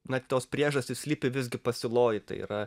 na tos priežastys slypi visgi pasiūloj tai yra